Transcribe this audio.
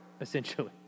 essentially